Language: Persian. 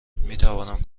میتوانم